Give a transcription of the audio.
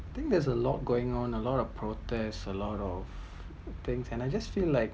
I think there’s a lot going on a lot of protest a lot things and I just feel like